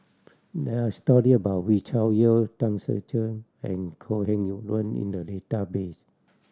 there are story about Wee Cho Yaw Tan Ser Cher and Kok Heng Leun in the database